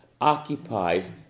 occupies